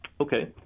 Okay